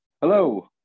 Hello